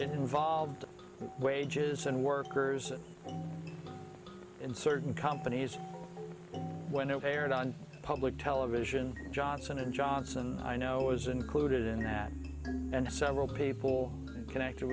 involved wages and workers in certain companies when it aired on public television johnson and johnson i know was included in that and several people connected